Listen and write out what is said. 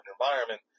environment